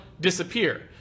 disappear